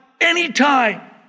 anytime